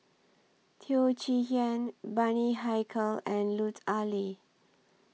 Teo Chee Hean Bani Haykal and Lut Ali